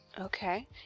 Okay